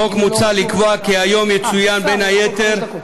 בחוק מוצע לקבוע כי היום יצוין, בין היתר,